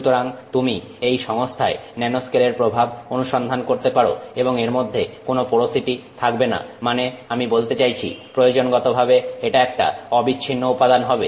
সুতরাং তুমি এই সংস্থায় ন্যানোস্কেলের প্রভাব অনুসন্ধান করতে পারো এবং এর মধ্যে কোন পোরোসিটি থাকবে না মানে আমি বলতে চাইছি প্রয়োজনগত ভাবে এটা একটা অবিচ্ছিন্ন উপাদান হবে